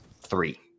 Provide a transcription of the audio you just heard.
three